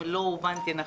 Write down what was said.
אם לא הובנתי נכון.